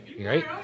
Right